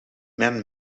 man